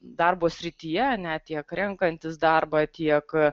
darbo srityje ne tiek renkantis darbą tiek